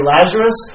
Lazarus